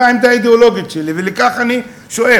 זו העמדה האידיאולוגית שלי ולכך אני שואף.